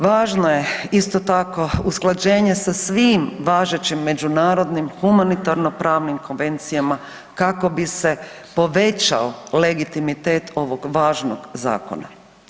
Važno je isto tako usklađenje sa svim važećim međunarodnim humanitarno pravnim konvencijama kako bi se povećao legitimitet ovog važnog zakona.